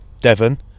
Devon